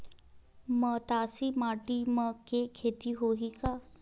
मटासी माटी म के खेती होही का?